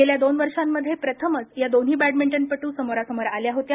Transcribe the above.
गेल्या दोन वर्षांमध्ये प्रथमच या दोन्ही बॅडमिंटनपटू समोरासमोर आल्या होत्या